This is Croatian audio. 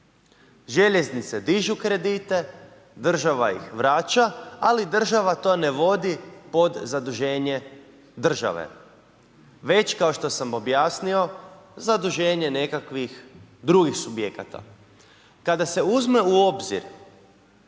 Željeznice dižu kredite, država ih vraća, ali država to ne vodi pod zaduženje države, već kao što sam objasnio, zaduženje nekakvih drugih subjekata. Kada se uzme u obzir